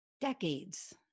Decades